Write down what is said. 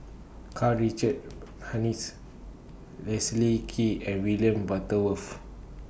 Karl Richard Hanitsch Leslie Kee and William Butterworth